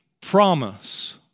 promise